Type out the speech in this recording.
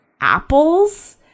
apples